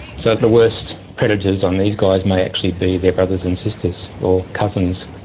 so the worst predators on these guys may actually be their brothers and sisters or cousins.